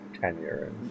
tenure